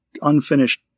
unfinished